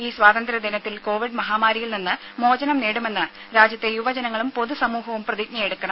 ഈ സ്വാതന്ത്ര്യ ദിനത്തിൽ കോവിഡ് മഹാമാരിയിൽ നിന്ന് മോചനം നേടുമെന്ന് രാജ്യത്തെ യുവജനങ്ങളും പൊതു സമൂഹവും പ്രതിജ്ഞയെടുക്കണം